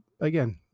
again